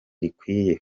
rikwiye